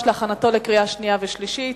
לשם הכנתו לקריאה שנייה ולקריאה שלישית.